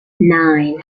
nine